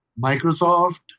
Microsoft